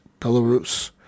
Belarus